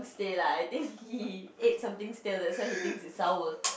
stale lah I think he ate something stale that's why he thinks that its sour